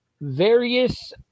various